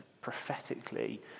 prophetically